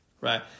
right